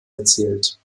erzählt